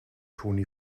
toni